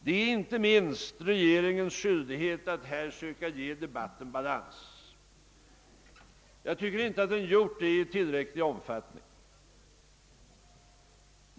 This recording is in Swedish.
Det är inte minst regeringens skyldighet att här söka ge debatten balans, men jag tycker inte att den har gjort detta i tillräcklig omfattning.